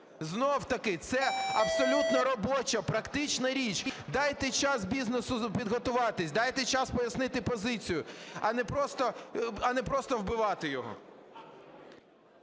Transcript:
Знову таки, це абсолютно робоча, практична річ: дайте час бізнесу підготуватися, дайте час пояснити позицію, а не просто вбивати його.